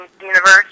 universe